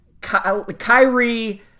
Kyrie